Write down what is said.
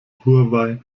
huawei